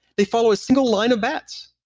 they follow a single line of bats.